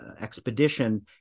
expedition